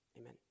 Amen